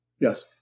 Yes